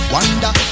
Wonder